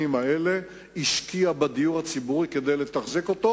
האלה השקיעה בדיור הציבורי כדי לתחזק אותו,